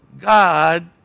God